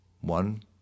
one